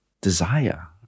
desire